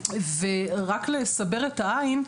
ורק כדי לסבר את האוזן,